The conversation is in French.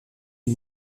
une